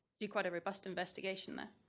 do quite a robust investigation there.